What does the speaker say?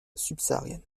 subsaharienne